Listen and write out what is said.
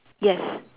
yes